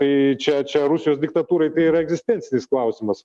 tai čia čia rusijos diktatūrai tai yra egzistencinis klausimas